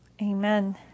amen